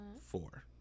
four